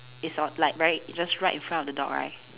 it's on like very just right in front of the dog right